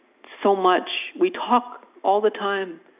so much. we talk all the time.